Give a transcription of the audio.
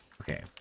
Okay